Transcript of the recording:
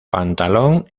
pantalón